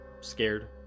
scared